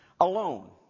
alone